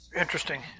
interesting